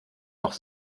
noch